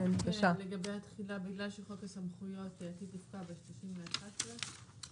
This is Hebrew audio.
מה שהיה כתוב לפני כן בהגדרה זה הפניה לתקנות ספציפיות שהיו בתוקף,